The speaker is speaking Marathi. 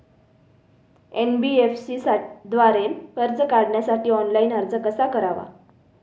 एन.बी.एफ.सी द्वारे कर्ज काढण्यासाठी ऑनलाइन अर्ज कसा करावा?